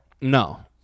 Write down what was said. No